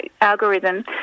algorithm